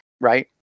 right